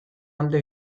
alde